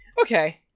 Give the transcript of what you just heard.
okay